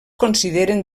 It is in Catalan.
consideren